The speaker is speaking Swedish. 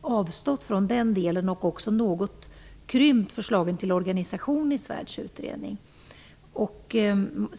avstått från den delen och också något krympt förslaget till organisation i Svärds utredning.